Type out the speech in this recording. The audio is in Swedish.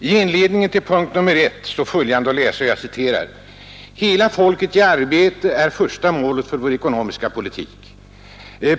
I inledningen till punkten 1 står följande att läsa: ”Hela folket i arbete är första målet för vår ekonomiska politik.